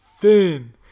thin